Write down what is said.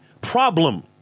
problem